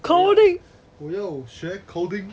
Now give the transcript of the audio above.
我要学 coding